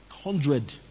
Hundred